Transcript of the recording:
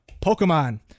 Pokemon